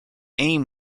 aim